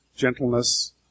gentleness